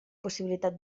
possibilitat